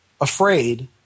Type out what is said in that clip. afraid